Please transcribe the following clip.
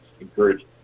encourage